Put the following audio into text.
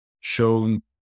shown